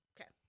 Okay